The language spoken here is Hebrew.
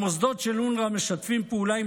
המוסדות של אונר"א משתפים פעולה עם